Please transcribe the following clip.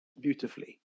beautifully